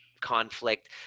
conflict